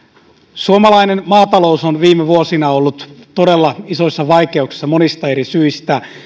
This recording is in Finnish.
suomalainen maatalous on viime vuosina ollut todella isoissa vaikeuksissa monista eri syistä